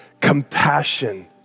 compassion